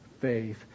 faith